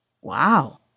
wow